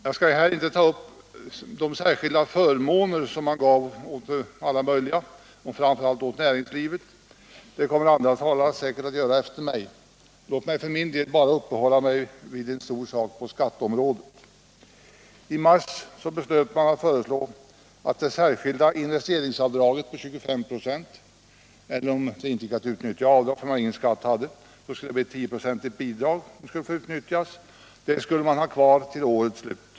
Jag skall här inte ta upp de särskilda förmåner som man beviljat åt alla möjliga håll, framför allt näringslivet. Det kommer säkerligen andra talare att göra efter mig. Låt mig för min del bara uppehålla mig vid en stor sak på skatteområdet. I mars beslöt man föreslå att det särskilda investeringsavdraget på 25 96 eller, om inte detta gick att utnyttja därför att företaget inte hade att betala någon skatt, det 10-procentiga bidraget skulle få utnyttjas fortsättningsvis till årets slut.